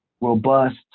robust